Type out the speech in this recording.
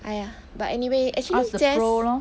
!aiya! but anyway actually 姐